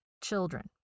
children